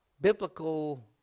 biblical